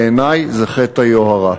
בעיני, זה חטא היוהרה.